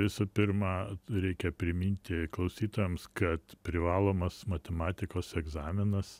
visų pirma reikia priminti klausytojams kad privalomas matematikos egzaminas